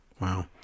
Wow